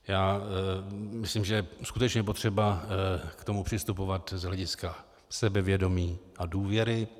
Já myslím, že je skutečně potřeba k tomu přistupovat z hlediska sebevědomí a důvěry.